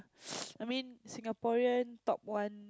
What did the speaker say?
I mean Singaporean top one